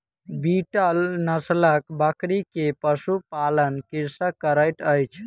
बीतल नस्लक बकरी के पशु पालन कृषक करैत अछि